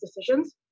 decisions